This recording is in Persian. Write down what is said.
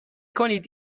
کنید